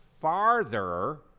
farther